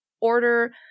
order